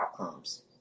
outcomes